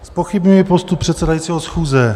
Zpochybňuji postup předsedajícího schůze.